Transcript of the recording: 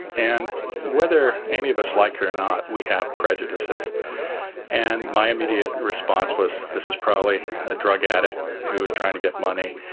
and whether any of us like it or not we have prejudices and my immediate response was this is probably a drug addict who's trying to get money,